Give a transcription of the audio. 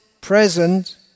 present